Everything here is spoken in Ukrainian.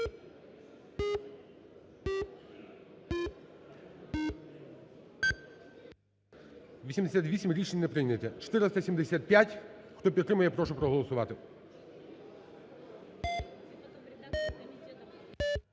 За-88 Рішення не прийнято. 475. Хто підтримує, прошу проголосувати.